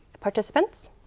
participants